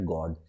God